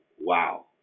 wow